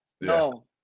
no